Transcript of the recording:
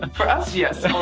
and for us, yes!